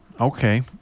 Okay